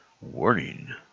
Warning